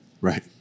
Right